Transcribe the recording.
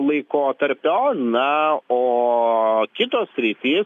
laikotarpio na o kitos sritys